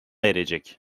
erecek